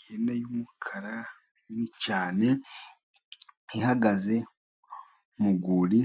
Ihene y'umukara nini cyane, ihagaze mu rwuri,